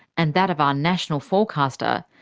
and that of our national forecaster,